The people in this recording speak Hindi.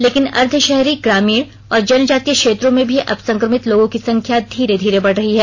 लेकिन अर्द्दशहरी ग्रामीण और जनजातीय क्षेत्रों में भी अब संक्रमित लोगों की संख्या धीरे धीरे बढ़ रही है